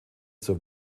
zur